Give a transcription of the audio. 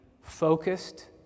focused